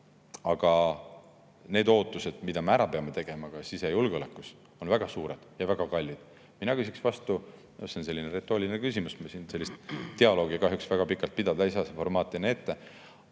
Aga need ootused, mida me peame tegema ka sisejulgeolekus, on väga suured ja väga kallid. Mina küsiksin vastu, see on selline retooriline küsimus, me siin dialoogi kahjuks väga pikalt pidada ei saa, see formaat ei